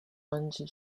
bungee